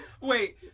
wait